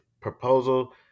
Proposal